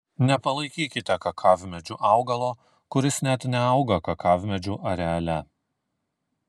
nepalaikykite kakavmedžiu augalo kuris net neauga kakavmedžių areale